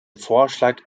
vorschlag